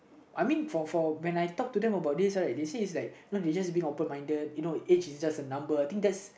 I mean for for when I talk to them about this right they say it's like no they're just being open minded you know age I just a number I think just